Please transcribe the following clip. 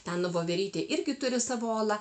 ten voverytė irgi turi savo olą